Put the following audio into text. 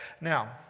Now